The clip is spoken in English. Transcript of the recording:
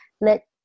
Let